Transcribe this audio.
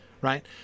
Right